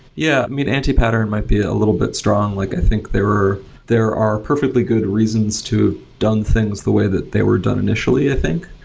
yeah. i mean, anti-pattern might be a little bit strong. like i think there are there are perfectly good reasons to done things the way that they were done initially, i think,